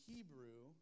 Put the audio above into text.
Hebrew